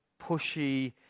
pushy